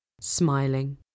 smiling